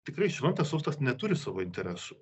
tikrai šventas sostas neturi savo interesų